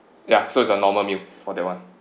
ya so is a normal meal for that one